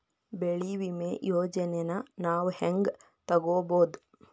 ಬೆಳಿ ವಿಮೆ ಯೋಜನೆನ ನಾವ್ ಹೆಂಗ್ ತೊಗೊಬೋದ್?